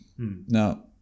Now